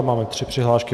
Mám tři přihlášky.